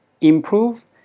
improve